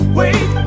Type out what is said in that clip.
wait